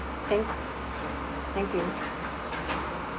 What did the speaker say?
thank thank you